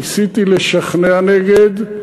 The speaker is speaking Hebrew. ניסיתי לשכנע נגד,